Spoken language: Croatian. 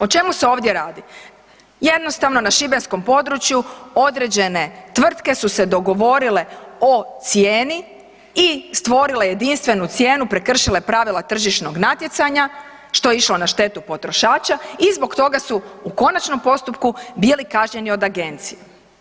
O čemu se ovdje radi? jednostavno na šibenskom području, određene tvrtke su se dogovorile o cijeni i stvorile jedinstvenu cijenu, prekršile pravila tržišnog natjecanja što je išlo na štetu potrošača i zbog toga su u konačnom postupku bili kažnjeni od agencije.